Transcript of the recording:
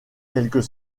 quelques